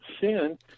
sin